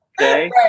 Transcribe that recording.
okay